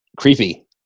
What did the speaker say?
creepy